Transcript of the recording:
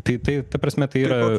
tai tai ta prasme tai yra